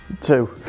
Two